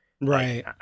right